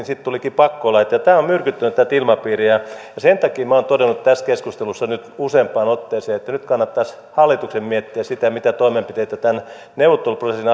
sitten tulikin pakkolait tämä on myrkyttänyt tätä ilmapiiriä ja sen takia minä olen todennut tässä keskustelussa nyt useampaan otteeseen että nyt kannattaisi hallituksen miettiä sitä mitä toimenpiteitä tämän neuvotteluprosessin